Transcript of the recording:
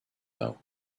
know